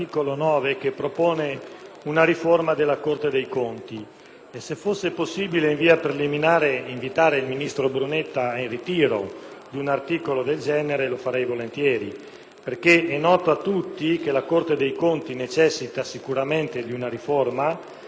Se fosse possibile, in via preliminare, invitare il ministro Brunetta al ritiro di un articolo del genere, lo farei volentieri. È noto a tutti che la Corte dei conti necessita sicuramente di una riforma, che deve però essere seria, approfondita e completa.